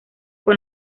con